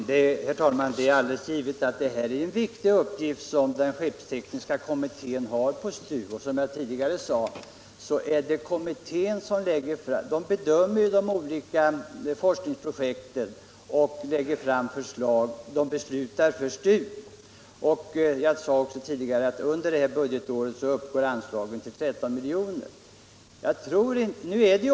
Herr talman! Det är alldeles givet att det är en viktig uppgift som den skeppstekniska kommittén har på STU. Som jag tidigare sade är det kommittén som bedömer de olika forskningsprojekten och lägger fram förslag, den beslutar för STU. Jag nämnde också att under det här budgetåret utgår anslagen med 13 milj.kr.